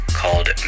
called